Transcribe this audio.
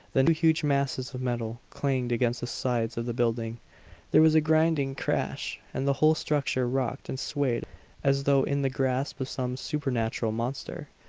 then two huge masses of metal clanged against the sides of the building there was a grinding crash, and the whole structure rocked and swayed as though in the grasp of some supernatural monster.